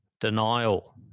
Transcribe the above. Denial